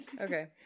Okay